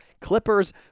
Clippers